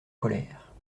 colère